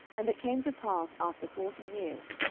and it came to pass after forty years,